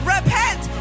Repent